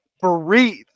breathe